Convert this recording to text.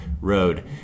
road